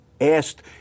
asked